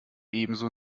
ebenso